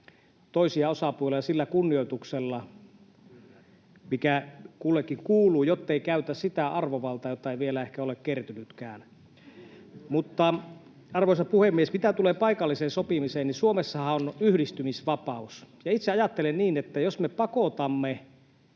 toisia osapuolia sillä kunnioituksella, mikä kullekin kuuluu, jottei käytä sitä arvovaltaa, jota ei vielä ehkä ole kertynytkään. Mutta, arvoisa puhemies, mitä tulee paikalliseen sopimiseen, niin Suomessahan on yhdistymisvapaus, ja itse ajattelen, että jos me pakotamme